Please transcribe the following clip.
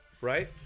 Right